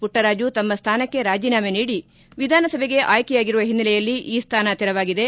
ಪುಟ್ಟರಾಜು ತಮ್ಮ ಸ್ಥಾನಕ್ಕೆ ರಾಜೀನಾಮೆ ನೀಡಿ ವಿಧಾನಸಭೆಗೆ ಆಯ್ಕೆಯಾಗಿರುವ ಹಿನ್ನೆಲೆಯಲ್ಲಿ ಈ ಸ್ಥಾನ ತೆರವಾಗಿದೆ